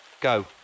Go